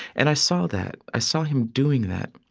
and i saw that. i saw him doing that,